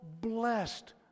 blessed